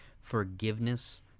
forgiveness